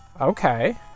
Okay